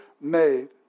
made